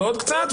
ועוד קצת,